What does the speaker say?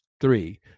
Three